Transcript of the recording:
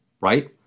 right